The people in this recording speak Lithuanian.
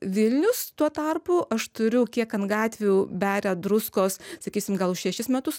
vilnius tuo tarpu aš turiu kiek ant gatvių beria druskos sakysim gal už šešis metus